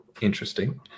interesting